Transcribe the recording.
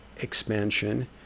Expansion